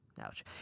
Ouch